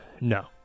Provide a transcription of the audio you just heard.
No